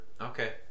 okay